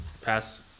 pass